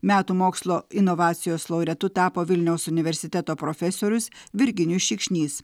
metų mokslo inovacijos laureatu tapo vilniaus universiteto profesorius virginijus šikšnys